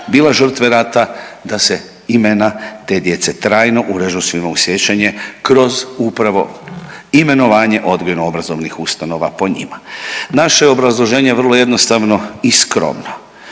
bila žrtve rata da se imena te djece trajno urežu svima u sjećanje kroz upravo imenovanje odgojno obrazovnih ustanova po njima. Naše obrazloženje je vrlo jednostavno i skromno.